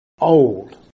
old